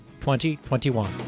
2021